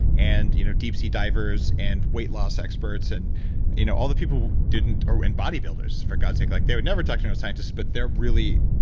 and you know deepsea divers, and weight loss experts, and you know all the people who didn't. and bodybuilders for god's sake. like they would never talk to neuroscientists, but they're really,